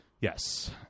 Yes